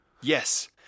Yes